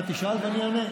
אתה תשאל ואני אענה.